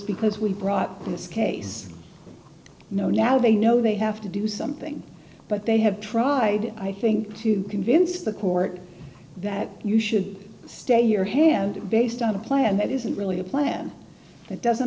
because we brought in this case no now they know they have to do something but they have tried i think to convince the court that you should stay your hand based on a plan that isn't really a plan that doesn't